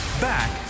Back